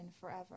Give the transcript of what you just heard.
forever